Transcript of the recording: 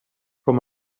from